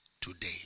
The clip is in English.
today